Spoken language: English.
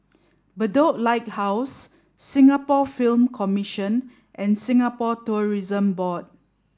Bedok Lighthouse Singapore Film Commission and Singapore Tourism Board